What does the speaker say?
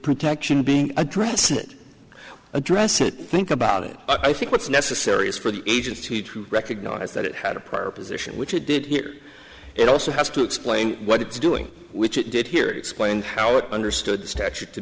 protection being addressed it address it think about it i think what's necessary is for the agency to recognize that it had a prior position which it did here it also has to explain what it's doing which it did here explain how it understood the statute to